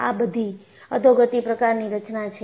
આ બધી અધોગતિ પ્રકારની રચના છે